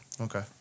Okay